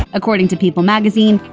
according to people magazine,